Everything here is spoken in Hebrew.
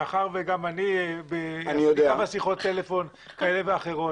מאחר וגם אני הייתי בכמה שיחות טלפון כאלה ואחרות,